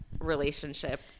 relationship